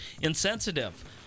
Insensitive